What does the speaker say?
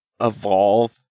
evolve